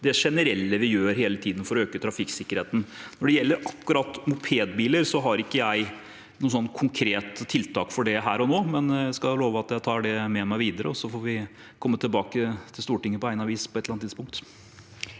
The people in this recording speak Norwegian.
det generelle vi gjør hele tiden for å øke trafikksikkerheten. Når det gjelder akkurat mopedbiler, har ikke jeg konkrete tiltak for det her og nå, men jeg skal love at jeg tar det med meg videre, og så får vi komme tilbake til Stortinget på egnet vis på et eller annet tidspunkt.